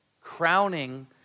crowning